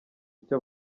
icyo